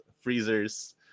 freezers